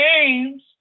games